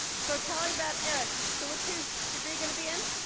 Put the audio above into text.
so tell me about eric. so what's his degree going to be in?